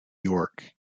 york